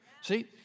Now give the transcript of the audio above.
See